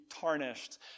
tarnished